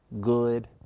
good